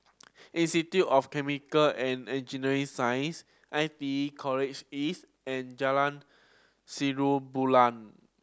Institute of Chemical and Engineering Sciences I T E College East and Jalan Bulan